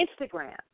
Instagram